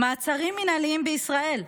מעצרים מינהליים בישראל,